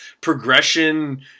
progression